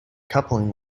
coupling